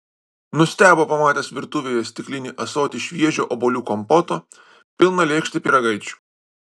nustebo pamatęs virtuvėje stiklinį ąsotį šviežio obuolių kompoto pilną lėkštę pyragaičių